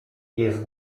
jest